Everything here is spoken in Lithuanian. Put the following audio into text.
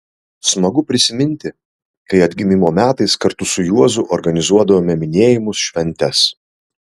smagu prisiminti kai atgimimo metais kartu su juozu organizuodavome minėjimus šventes